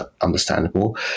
understandable